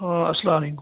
اسلام علیکُم